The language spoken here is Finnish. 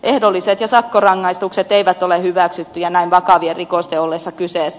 ehdolliset ja sakkorangaistukset eivät ole hyväksyttyjä näin vakavien rikosten ollessa kyseessä